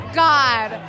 god